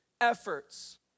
efforts